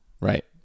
right